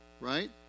Right